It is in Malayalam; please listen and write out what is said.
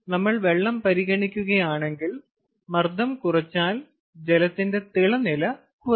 നമ്മൾ വെള്ളം പരിഗണിക്കുകയാണെങ്കിൽ മർദ്ദം കുറച്ചാൽ ജലത്തിന്റെ തിളനില കുറയും